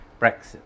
brexit